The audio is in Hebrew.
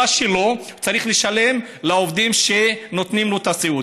שלו צריך לשלם לעובדים שנותנים לו את הסיעוד.